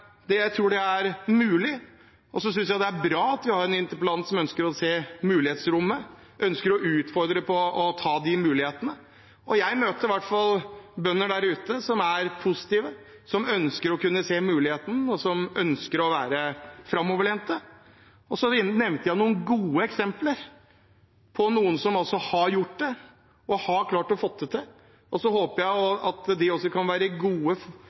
tror det er mulig. Så synes jeg det er bra at vi har en interpellant som ønsker å se mulighetsrommet, som ønsker å utfordre til å ta de mulighetene. Og i hvert fall møter jeg bønder der ute som er positive, som ønsker å se mulighetene, og som ønsker å være framoverlente. Jeg nevnte noen gode eksempler på noen som har gjort det, som har klart å få det til. Jeg håper at de kan være gode